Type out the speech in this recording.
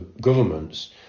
governments